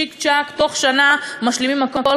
צ'יק-צ'ק תוך שנה משלימים הכול,